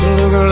look